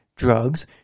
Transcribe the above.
drugs